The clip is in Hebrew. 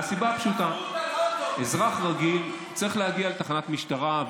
מהסיבה הפשוטה: אזרח רגיל צריך להגיע לתחנת משטרה,